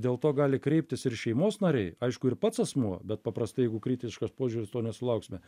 dėl to gali kreiptis ir šeimos nariai aišku ir pats asmuo bet paprastai jeigu kritiškas požiūris to nesulauksime